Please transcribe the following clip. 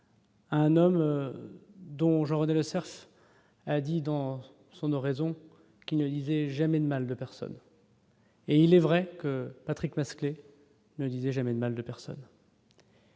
Un homme dont Jean-René Lecerf, a dit dans son oraison qui ne lisait jamais de mal de personne. Et il est vrai que Patrick Masclet ne disait jamais de mal de personne.